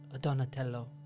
Donatello